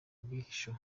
bwihisho